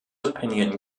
opinion